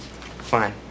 Fine